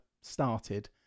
started